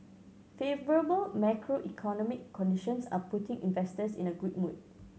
favourable macroeconomic conditions are putting investors in a good mood